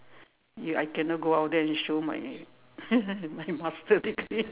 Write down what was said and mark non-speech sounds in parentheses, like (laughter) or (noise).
ya I cannot go out there and show my (laughs) my master degree (laughs)